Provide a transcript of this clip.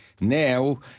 now